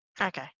Okay